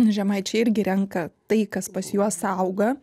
žemaičiai irgi renka tai kas pas juos auga